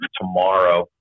tomorrow